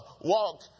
walk